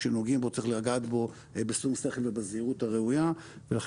כשנוגעים בו צריך לגעת בו בשום שכל ובזהירות הראויה ולכן